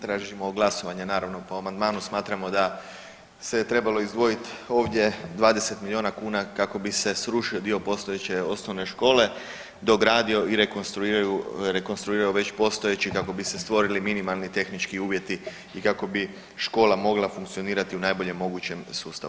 Tražimo glasovanje naravno po amandmanu, smatramo da se trebalo izdvojiti ovdje 20 milijuna kuna kako bi se srušio dio postojeće osnovne škole, dogradio i rekonstruirao već postojeći kako bi se stvorili minimalni tehnički uvjeti i kako bi škola mogla funkcionirati u najboljem mogućem sustavu.